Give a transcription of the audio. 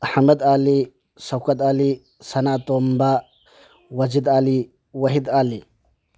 ꯑꯍꯥꯃꯗ ꯑꯂꯤ ꯁꯧꯀꯠ ꯑꯂꯤ ꯁꯅꯥꯇꯣꯝꯕ ꯋꯥꯖꯤꯠ ꯑꯂꯤ ꯋꯥꯍꯤꯗ ꯑꯂꯤ